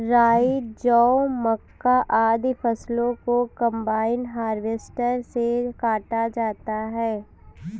राई, जौ, मक्का, आदि फसलों को कम्बाइन हार्वेसटर से काटा जाता है